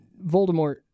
Voldemort